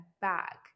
back